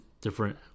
different